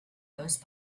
those